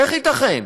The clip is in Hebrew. איך ייתכן?